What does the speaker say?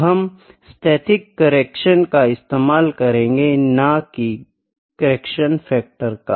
तो हम स्थैतिक करैक्शन का इस्तेमाल करेंगे न की करैक्शन फैक्टर का